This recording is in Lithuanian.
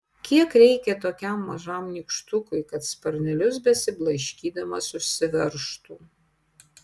kiek reikia tokiam mažam nykštukui kad sparnelius besiblaškydamas užsiveržtų